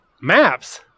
Maps